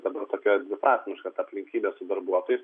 dabar tokia dviprasmiška ta aplinkybė su darbuotojais